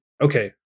Okay